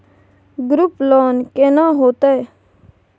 Group loan केना होतै?